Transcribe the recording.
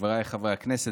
חבריי חברי הכנסת.